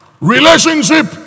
Relationship